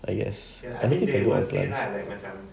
I guess I mean you can go out plant